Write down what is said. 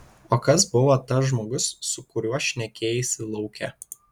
o kas buvo tas žmogus su kuriuo šnekėjaisi lauke